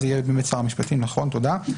זה יהיה באמת שר המשפטים, נכון, תודה.